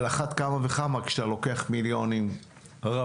על אחת כמה וכמה כשאתה לוקח מיליונים רבים